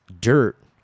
Dirt